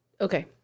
Okay